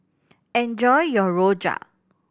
enjoy your rojak